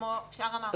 כמו שאר המערכות.